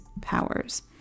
Powers